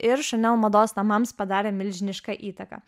ir chanel mados namams padarė milžinišką įtaką